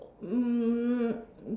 um